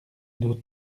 nous